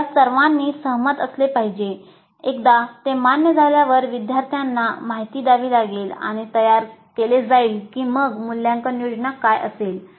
या सर्वांनी सहमत असले पाहिजे एकदा ते मान्य झाल्यावर विद्यार्थ्यांना माहिती द्यावी लागेल आणि तयार केले जाईल की मग मूल्यांकन योजना काय असेल